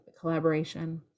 collaboration